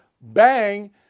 Bang